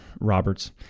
roberts